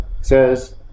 says